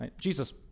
Jesus